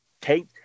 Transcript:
take